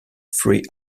free